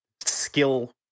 skill